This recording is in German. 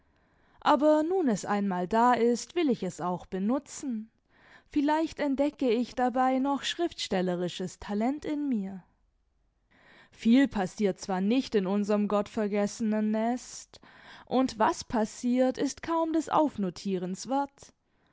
aber nun es einmal da ist will ich es auch benutzen vielleicht entdecke ich dabei noch schriftstellerisches talent in mir viel passiert zwar nicht in unserem gottvergessenen nest und was passiert ist kaum des aufnotierens wert